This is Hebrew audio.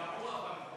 ירו אבנים.